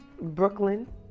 brooklyn